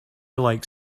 like